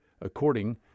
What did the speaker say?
according